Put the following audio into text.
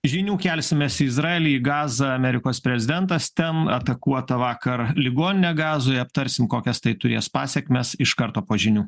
žinių kelsimės į izraelį į gazą amerikos prezidentas ten atakuota vakar ligoninė gazoj aptarsim kokias tai turės pasekmes iš karto po žinių